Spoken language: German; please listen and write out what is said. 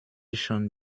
schön